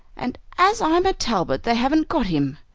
and, as i'm a talbot, they haven't got him!